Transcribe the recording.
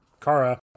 Kara